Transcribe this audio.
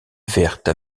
verte